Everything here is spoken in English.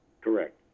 Correct